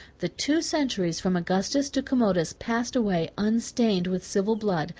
the two centuries from augustus to commodus passed away unstained with civil blood,